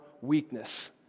weakness